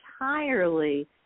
entirely